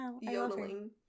yodeling